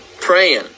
praying